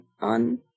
on